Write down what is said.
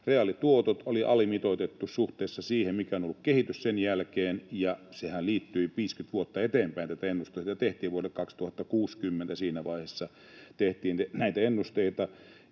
reaalituotot oli alimitoitettu suhteessa siihen, mikä on ollut kehitys sen jälkeen. Sehän liittyi siihen, että näitä ennusteita tehtiin 50 vuotta eteenpäin, vuodelle 2060 siinä